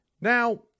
Now